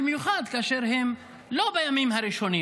במיוחד כאשר הם לא בימים הראשונים.